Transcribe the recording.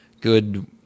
good